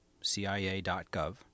CIA.gov